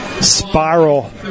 spiral